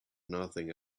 nothing